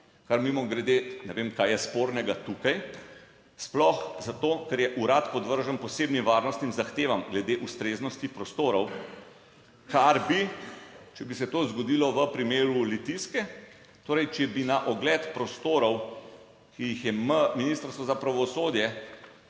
Kar mimogrede, ne vem, kaj je spornega tukaj, sploh zato ker je urad podvržen posebnim varnostnim zahtevam glede ustreznosti prostorov. Kar bi, če bi se to zgodilo v primeru Litijske, torej če bi na ogled prostorov, ki jih je Ministrstvo za pravosodje